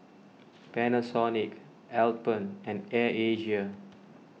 Panasonic Alpen and Air Asia